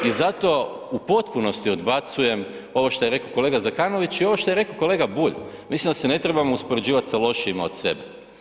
I zato u potpunosti odbacujem ovo što je rekao kolega Zekanović i ovo što je rekao kolega Bulj, mislim da se ne trebamo uspoređivati sa lošijima od sebe.